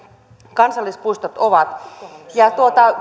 kansallispuistot ovat